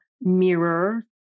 mirror